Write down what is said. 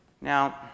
Now